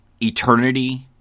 Eternity